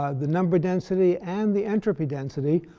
ah the number density, and the entropy density,